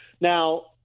Now